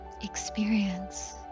experience